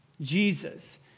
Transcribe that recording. Jesus